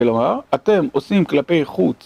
כלומר, אתם עושים כלפי חוץ.